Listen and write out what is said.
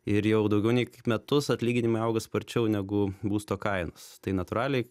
ir jau daugiau nei metus atlyginimai auga sparčiau negu būsto kainos tai natūraliai